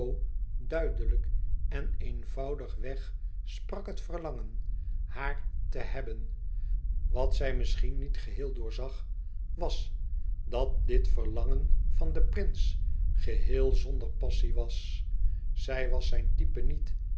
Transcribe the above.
duidelijk en eenvoudig-weg sprak het verlangen haar te hebben wat zij misschien niet geheel doorzag was dat dit verlangen van den prins geheel zonder passie was zij was zijn type niet